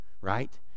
right